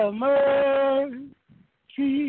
mercy